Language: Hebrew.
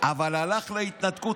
אבל הלך להתנתקות,